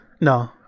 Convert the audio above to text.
No